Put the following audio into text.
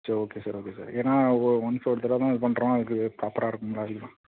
சரி okay sir okay sir ஏன்னா ஒ ஒன்ஸ் ஒரு தடவை தான் இதுப் பண்ணுறோம் அதுக்கு ப்ராப்பராக இருக்கணும்ல அதுக்கு தான்